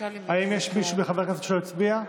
האם יש מישהו מחברי הכנסת שלא הצביע?